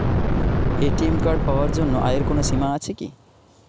ATM card পাওয়ার জন্য আয়ের কোনো সীমা আছে কি?